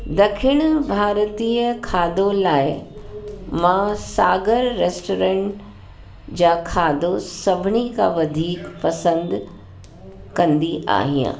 ॾखिण भारतीय खाधो लाइ मां सागर रेस्टोरेंट जा खाधो सभिनी खां वधीक पसंदि कंदी आहियां